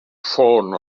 ffôn